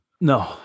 No